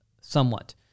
somewhat